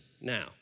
now